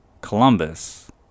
Columbus